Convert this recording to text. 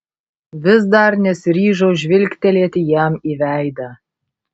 vis dar nesiryžau žvilgtelėti jam į veidą